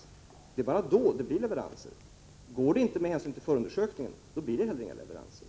Det är bara då det kommer att ske leveranser. Om detta inte är möjligt med hänsyn till förundersökningen blir det inte heller några leveranser.